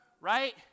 right